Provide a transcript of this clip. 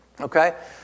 Okay